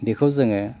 बेखौ जोङो